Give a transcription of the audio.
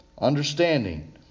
understanding